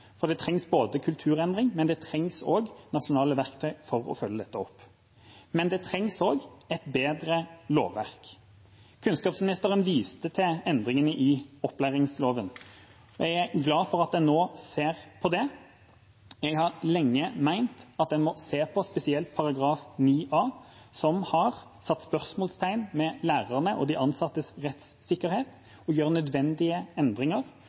Det trengs kulturendring, men det trengs også nasjonale verktøy for å følge dette opp. Det trengs også et bedre lovverk. Kunnskapsministeren viste til endringer i opplæringsloven. Jeg er glad for at en nå ser på det. Jeg har lenge ment at en spesielt må se på kapittel 9 A, som har satt spørsmålstegn ved lærernes og de ansattes rettssikkerhet, og gjøre nødvendige endringer.